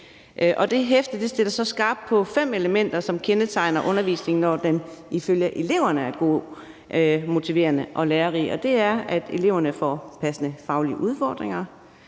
og det hæfte stiller skarpt på fem elementer, som kendetegner undervisningen, når den ifølge eleverne er god, motiverende og lærerig. De fem elementer er, at eleverne får passende faglige udfordringer,